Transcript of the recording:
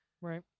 Right